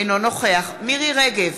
אינו נוכח מירי רגב,